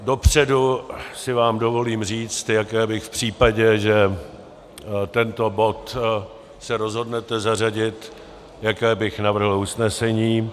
Dopředu si vám dovolím říci, jaké bych v případě, že tento bod se rozhodnete zařadit, navrhl usnesení.